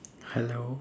hello